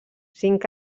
cinc